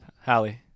Hallie